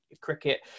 cricket